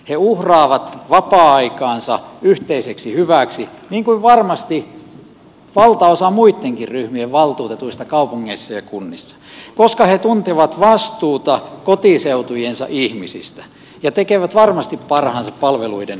he uhraavat vapaa aikaansa yhteiseksi hyväksi niin kuin varmasti valtaosa muittenkin ryhmien valtuutetuista kaupungeissa ja kunnissa koska he tuntevat vastuuta kotiseutujensa ihmisistä ja tekevät varmasti parhaansa palveluiden järjestämiseksi